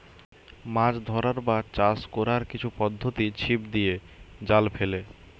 মাছ ধরার বা চাষ কোরার কিছু পদ্ধোতি ছিপ দিয়ে, জাল ফেলে